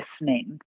listening